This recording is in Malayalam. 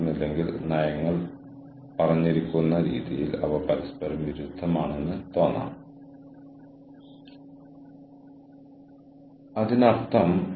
നെറ്റ്വർക്ക് പ്രവർത്തനങ്ങളിൽ ജീവനക്കാരുടെ ഉയർന്ന പങ്കാളിത്തമുണ്ട്